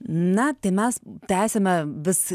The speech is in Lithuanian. na taimes tęsiame vis